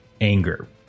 anger